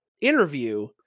interview